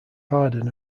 harden